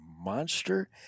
monster